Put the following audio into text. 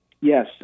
Yes